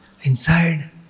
inside